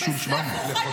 לבישול 700?